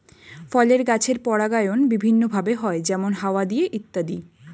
ফলের গাছের পরাগায়ন বিভিন্ন ভাবে হয়, যেমন হাওয়া দিয়ে ইত্যাদি